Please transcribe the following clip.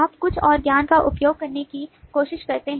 आप कुछ और ज्ञान का उपयोग करने की कोशिश करते हैं